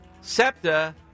SEPTA